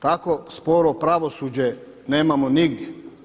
Tako sporo pravosuđe nemamo nigdje.